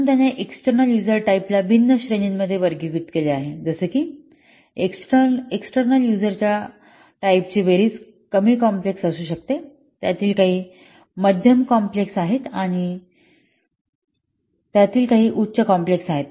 म्हणून त्याने external user type ला भिन्न श्रेणींमध्ये वर्गीकृत केले आहे जसे की एक्सटर्नल यूजरच्या टाईपांची बेरीज कमी कॉम्प्लेक्स असू शकते त्यातील काही मध्यम कॉम्प्लेक्स आहेत आणि त्यातील काही उच्च कॉम्प्लेक्स आहेत